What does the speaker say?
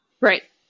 Right